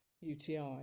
UTI